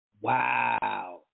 Wow